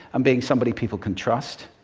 and being somebody people can trust.